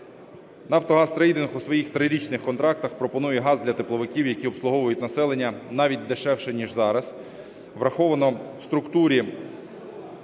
Нафтогаз Трейдинг у своїх трирічних контрактах пропонує газ для тепловиків, які обслуговують населення навіть дешевше ніж зараз враховано в структурі